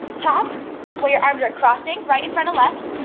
hop where your arms are crossing right in front of left.